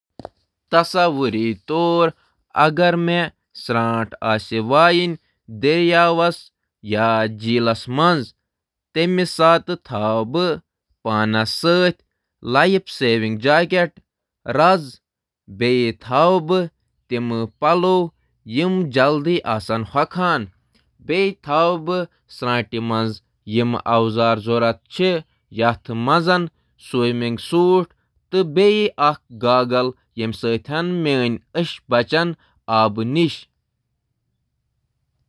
تصور کٔرِو، اگر بہٕ کُنہِ جیٖلس یا دٔریاوَس منٛز ترٛاوُن۔ بہٕ نِنہٕ لایِف سیفٹی جیکٹ، رَزِ تہٕ سویمنگ سوٹ تہٕ سویِم سپِکس یُس میانٮ۪ن أچھن ہٕنٛز حِفاظت کرِ۔